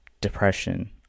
depression